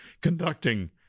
conducting